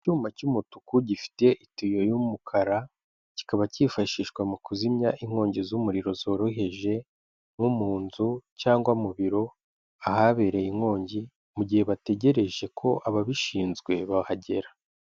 Icyuma cy'umutuku gifite itiyo y'umukara, kikaba cyifashishwa mu kuzimya inkongi z'umuriro zoroheje nko mu nzu cyangwa mu biro, ahabereye inkongi, mu gihe bategereje ko ababishinzwe bahagera.